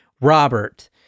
Robert